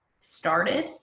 started